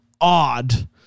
odd